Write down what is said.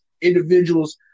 individuals